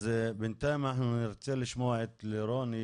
אז בינתיים אנחנו נרצה לשמוע את לירון,